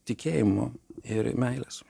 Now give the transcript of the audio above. tikėjimo ir meilės